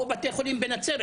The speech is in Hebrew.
או בתי החולים בנצרת.